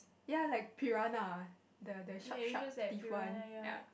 ya like piranha the the sharp sharp teeth one